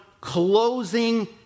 closing